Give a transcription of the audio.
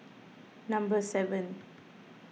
number seven